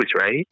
right